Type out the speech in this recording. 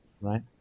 right